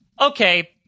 okay